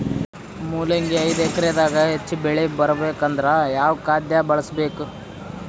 ಮೊಲಂಗಿ ಐದು ಎಕರೆ ದಾಗ ಹೆಚ್ಚ ಬೆಳಿ ಬರಬೇಕು ಅಂದರ ಯಾವ ಖಾದ್ಯ ಬಳಸಬೇಕು?